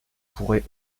pourrait